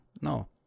no